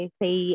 say